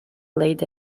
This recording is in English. laid